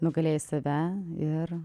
nugalėjai save ir